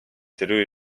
jüri